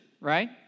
right